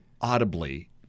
audibly